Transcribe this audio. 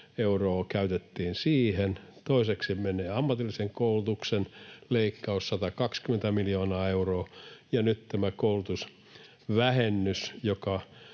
euroa käytettiin siihen. Toiseksi menee ammatillisen koulutuksen leikkaus, 120 miljoonaa euroa, ja nyt tämä koulutusvähennys, joka